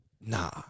Nah